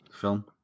Film